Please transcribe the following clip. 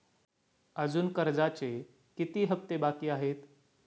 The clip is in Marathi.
अजुन कर्जाचे किती हप्ते बाकी आहेत?